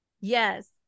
Yes